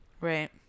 Right